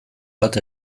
bat